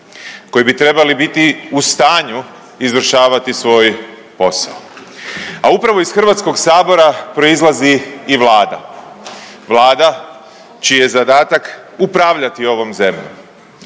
koji bi trebali biti u stanju izvršavati svoj posao. A upravo iz Hrvatskog sabora proizlazi i vlada, vlada čiji je zadatak upravljati ovom zemljom.